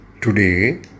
Today